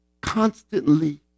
constantly